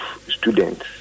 students